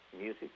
music